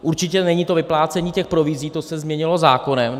Určitě není vyplácení provizí, to se změnilo zákonem.